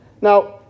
Now